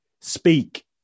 speak